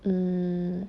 mm